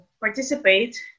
participate